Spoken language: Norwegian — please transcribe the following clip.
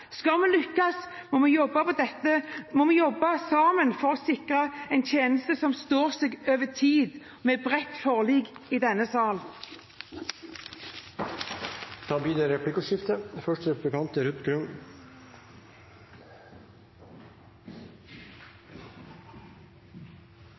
Skal vi lykkes, må vi jobbe for dette, jobbe sammen for å sikre en tjeneste som står seg over tid – med et bredt forlik i denne sal. Det er